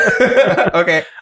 Okay